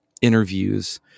interviews